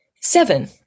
Seven